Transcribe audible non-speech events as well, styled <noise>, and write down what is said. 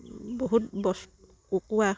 <unintelligible>